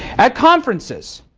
at conferences,